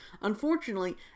Unfortunately